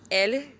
alle